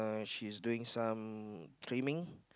she's doing some trimming